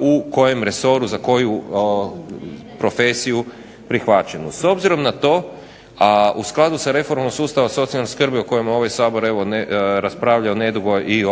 u kojem resoru za koju profesiju prihvaćeno. S obzirom na to a u skladu sa reformom sustava socijalne skrbi o kojem ovaj SAbor nedugo raspravljao i